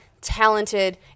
talented